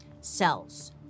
cells